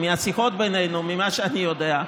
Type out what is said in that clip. מהשיחות בינינו, ממה שאני יודע,